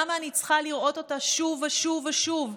למה אני צריכה לראות אותה שוב ושוב ושוב?